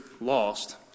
lost